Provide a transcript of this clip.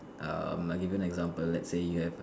um a given example let's say you have